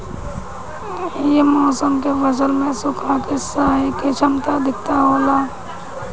ये मौसम के फसल में सुखा के सहे के क्षमता अधिका होला